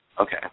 Okay